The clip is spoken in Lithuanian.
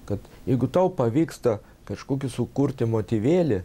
kad jeigu tau pavyksta kažkokį sukurti motyvėlį